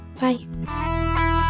Bye